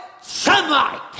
Sunlight